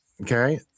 Okay